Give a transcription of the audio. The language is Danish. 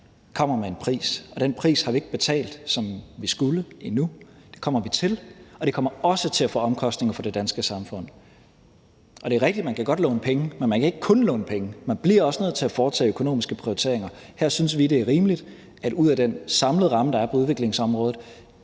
kommer med en pris, og den pris har vi ikke betalt, som vi skulle, endnu – det kommer vi til. Og det kommer også til at få omkostninger for det danske samfund. Det er rigtigt, at man godt kan låne penge, men man kan ikke kun låne penge. Man bliver også nødt til at foretage økonomiske prioriteringer, og her synes vi, at det er rimeligt, at man nu ud af den samlede ramme, der er på udviklingsområdet,